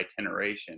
itineration